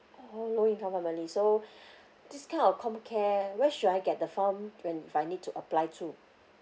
oh low income family so this kind of comcare where should I get the form when if I need to apply to